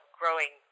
growing